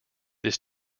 this